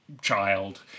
child